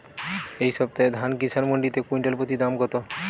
এই সপ্তাহে ধান কিষান মন্ডিতে কুইন্টাল প্রতি দাম কত?